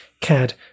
cad